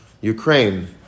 Ukraine